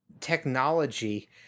technology